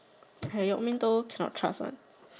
cannot trust one